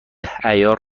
عیار